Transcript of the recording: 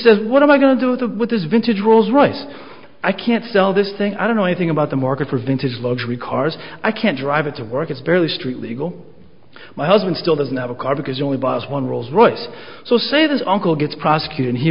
says what am i gonna do with this vintage rolls royce i can't sell this thing i don't know anything about the market for vintage luxury cars i can't drive it to work it's barely street legal my husband still doesn't have a car because you only bought one rolls royce so say this uncle gets prosecuted he